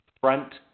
front